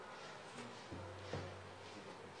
(נתק בזום),